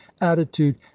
attitude